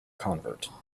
convert